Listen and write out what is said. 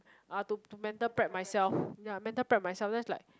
uh to to mental prep myself ya mental prep myself then is like